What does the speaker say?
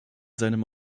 seinen